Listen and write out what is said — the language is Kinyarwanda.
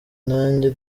nanjye